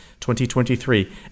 2023